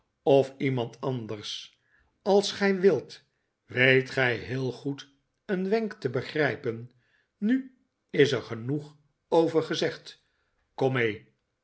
of iemand anders als gij wilt weet gij heel goed een wenk te begrijpen nu is er genoeg over gezegd kom meel